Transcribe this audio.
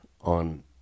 on